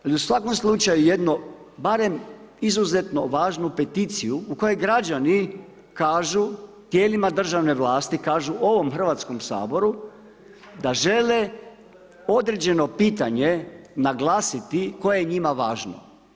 Ali u svakom slučaju, jedno barem izuzetno važnu peticiju u kojoj građani kažu tijelima državne vlasti kažu ovom Hrvatskom saboru da žele određeno pitanje naglasiti koje je njima važno.